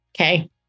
okay